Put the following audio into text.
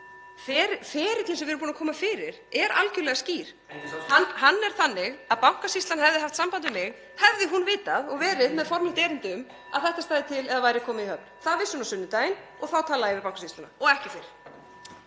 Ferillinn sem við erum búin að koma fyrir er algjörlega skýr. Hann er þannig að Bankasýslan hefði haft samband við mig hefði hún vitað og verið með formlegt erindi um að þetta stæði til eða væri komið í höfn. Það vissi hún á sunnudaginn, þá talaði ég við Bankasýsluna og ekki fyrr.